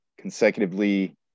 consecutively